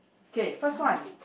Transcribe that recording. okay first one